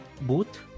boot